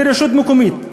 לרשות מקומית.